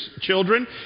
children